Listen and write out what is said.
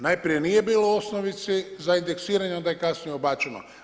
Najprije nije bilo u osnovici za indeksiranje, onda je kasnije ubačeno.